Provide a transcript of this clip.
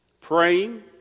praying